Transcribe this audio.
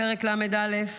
פרק ל"א,